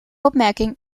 opmerking